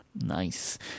Nice